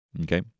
okay